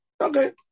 Okay